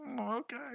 okay